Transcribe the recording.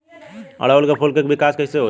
ओड़ुउल के फूल के विकास कैसे होई?